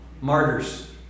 Martyrs